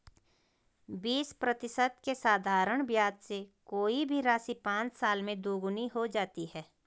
बीस प्रतिशत के साधारण ब्याज से कोई भी राशि पाँच साल में दोगुनी हो जाती है